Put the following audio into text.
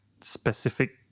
specific